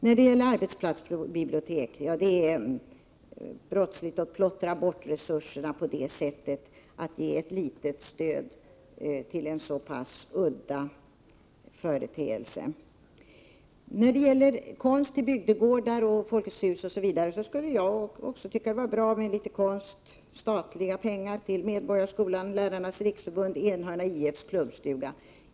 När det gäller arbetsplatsbiblioteken tycker jag att det är brottsligt att plottra bort resurserna på att ge ett litet stöd till en så pass udda företeelse. Folkets hus osv. Jag tycker att det skulle vara bra med litet statliga pengar exempelvis till Medborgarskolan, Lärarnas riksförbund och Enhörna IF:s klubbstuga.